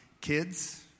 kids